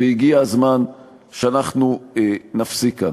והגיע הזמן שאנחנו נפסיק כאן.